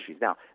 Now